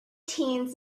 teens